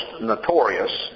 notorious